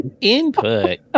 Input